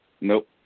Nope